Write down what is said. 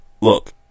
look